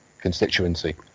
constituency